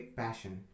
passion